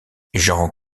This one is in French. jean